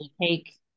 take